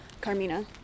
Carmina